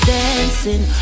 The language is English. dancing